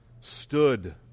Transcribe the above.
stood